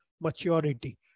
maturity